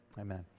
amen